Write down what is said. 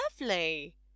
lovely